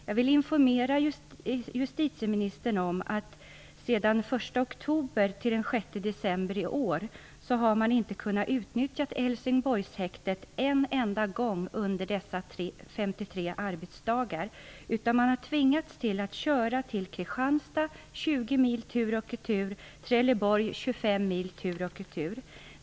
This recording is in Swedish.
Jag vill informera justitieministern om att man sedan den 1 oktober och fram till den 6 december i år, under 53 arbetsdagar, inte har kunnat utnyttja Helsingborgshäktet en enda gång. I stället har man tvingats att köra till Kristianstad, 20 mil tur och retur, och till Trelleborg, 25 mil tur och retur.